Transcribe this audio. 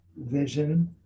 vision